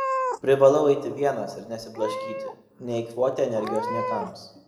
privalau eiti vienas ir nesiblaškyti neeikvoti energijos niekams